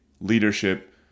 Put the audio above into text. leadership